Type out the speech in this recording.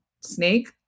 snake